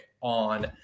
on